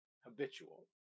habitual